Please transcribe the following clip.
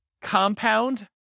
compound